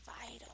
vital